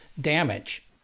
damage